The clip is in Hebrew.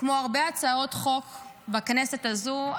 שהיא כמו הרבה הצעות חוק בכנסת הזו,